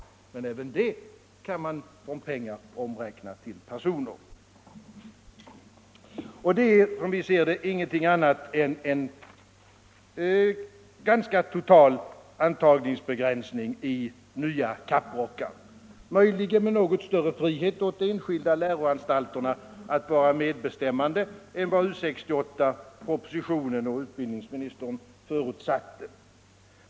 Men även här kan man från pengar lätt räkna om till personer. Som vi ser det är detta ingenting annat än en ganska total antagningsbegränsning i nya kapprockar, möjligen med något större frihet för de enskilda läroanstalterna att vara medbestämmande än vad U 68, propositionen och utbildningsministern förutsatte.